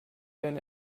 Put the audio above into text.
denn